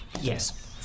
yes